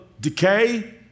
decay